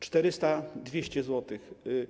400, 200 zł.